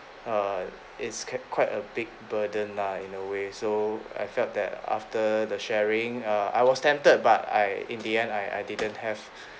err it's qui~ quite a big burden lah in a way so I felt that after the sharing err I was tempted but I in the end I I didn't have